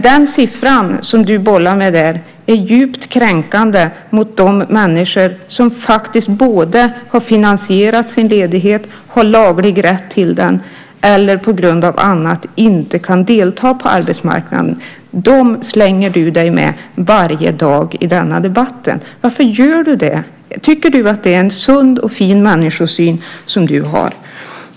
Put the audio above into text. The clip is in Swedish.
Den siffra som du bollade med där är djupt kränkande mot de människor som faktiskt både har finansierat sin ledighet och har laglig rätt till den eller på grund av annat inte kan delta på arbetsmarknaden. Dem slänger du dig med varje dag i denna debatt. Varför gör du det? Tycker du att det är en sund och fin människosyn som du har?